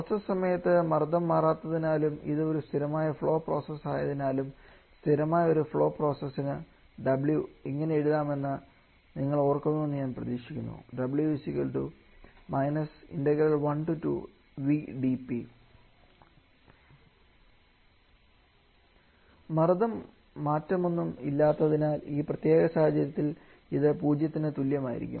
process സമയത്ത് മർദ്ദം മാറാത്തതിനാലും ഇത് ഒരു സ്ഥിരമായ ഫ്ലോ പ്രോസസ് ആയതിനാലും സ്ഥിരമായ ഒരു ഫ്ലോ പ്രോസസ്സിന് w ഇങ്ങനെ എഴുതാമെന്ന് നിങ്ങൾ ഓർക്കുന്നുവെന്ന് ഞാൻ പ്രതീക്ഷിക്കുന്നു മർദ്ദം മാറ്റമൊന്നും ഇല്ലാത്തതിനാൽ ഈ പ്രത്യേക സാഹചര്യത്തിൽ ഇത് പൂജ്യത്തിന് തുല്യമായിരിക്കും